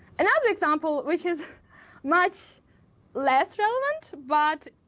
another example which is much less relevant, but